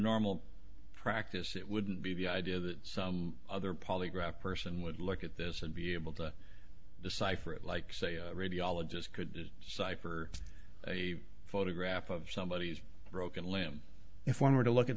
normal practice it wouldn't be the idea that some other polygraph person would look at this and be able to decipher it like say a radiologist could cipher a photograph of somebody who's broken limb if one were to look at